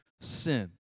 sin